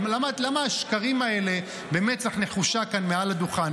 למה השקרים האלה במצח נחושה כאן מעל הדוכן?